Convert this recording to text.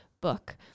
book